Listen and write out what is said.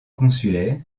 consulaire